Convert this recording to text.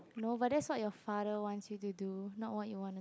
no but that's what your father wants you to do not what you wanna